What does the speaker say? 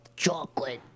Chocolate